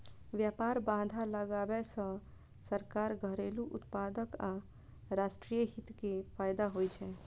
व्यापार बाधा लगाबै सं सरकार, घरेलू उत्पादक आ राष्ट्रीय हित कें फायदा होइ छै